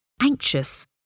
anxious